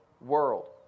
world